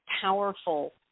powerful